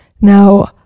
Now